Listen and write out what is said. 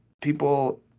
people